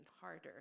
harder